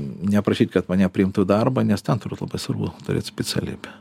neprašyt kad mane priimtų į darbą nes ten turbūt labai svarbu turėt specialybę